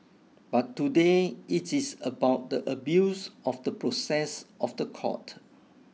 but today it is about the abuse of the process of the court